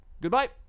goodbye